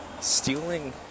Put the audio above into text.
stealing